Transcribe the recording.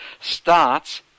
Starts